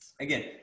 Again